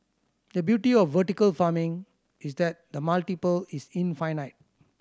the beauty of vertical farming is that the multiple is infinite